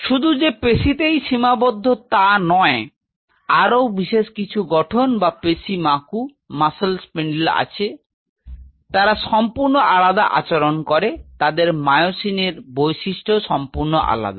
তা শুধু যে পেশিতেই সীমাবদ্ধ তাই নয় আরও কিছু বিশেষ গঠন বা পেশি মাকু আছে তারা সম্পূর্ণ আলাদা আচরণ করে তাদের মায়োসিনের বৈশিষ্ট্যও সম্পূর্ণ আলাদা